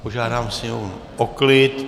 Požádám sněmovnu o klid.